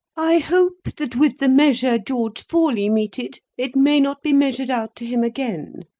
i hope that, with the measure george forley meted, it may not be measured out to him again.